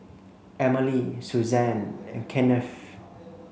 Emily Suzanne and Kennith